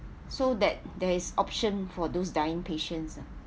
so that there is option for those dying patients ah